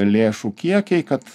lėšų kiekiai kad